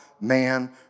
man